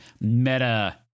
meta